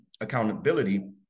accountability